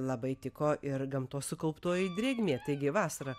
labai tiko ir gamtos sukauptoji drėgmė taigi vasara